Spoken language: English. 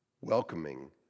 welcoming